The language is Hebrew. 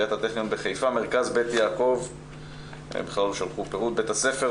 אני אשמח לדעת מה משרד החינוך חושב על מוסדות חינוך שהשיבו בצורה כזאת,